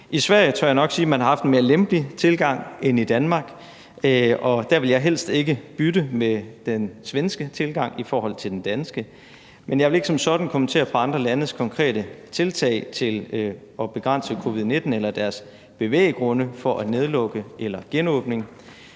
nok sige man har haft en mere lempelig tilgang end i Danmark, og jeg vil helst ikke bytte den svenske tilgang med den danske. Men jeg vil ikke som sådan kommentere på andre landes konkrete tiltag til at begrænse covid-19 eller deres bevæggrunde for at nedlukke eller genåbne.